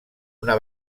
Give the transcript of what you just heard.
una